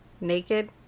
naked